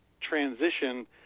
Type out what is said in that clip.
transition